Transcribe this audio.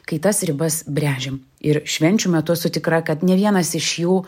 kai tas ribas brežiam ir švenčių metu esu tikra kad ne vienas iš jų